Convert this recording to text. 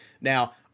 Now